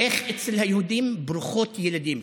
איך אצל היהודים, ברוכות ילדים.